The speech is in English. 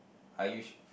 are you su~